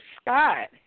Scott